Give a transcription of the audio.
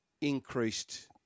increased